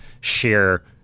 share